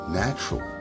natural